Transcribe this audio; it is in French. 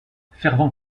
fervent